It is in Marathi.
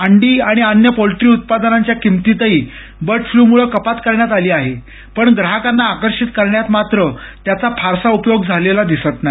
अंडी आणि अन्य पोल्ट्री उत्पादनांच्या किंमतीतही बर्ड फ्लू मूळ कपात करण्यात आली आहे पण ग्राहकांना आकर्षित करण्यात मात्र त्याचा फारसा उपयोग झालेला दिसत नाही